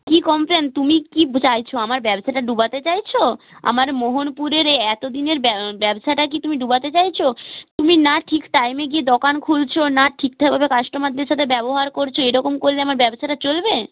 কী complain তুমি কি চাইছো আমার ব্যবসাটা ডোবাতে চাইছো আমার মোহনপুরের এ এতদিনের ব্য ব্যবসাটা কি তুমি ডোবাতে চাইছো তুমি না ঠিক টাইমে গিয়ে দোকান খুলছো না ঠিকঠাকভাবে কাস্টমারদের সাথে ব্যবহার করছো এরকম করলে আমার ব্যবসাটা চলবে